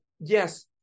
yes